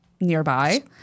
nearby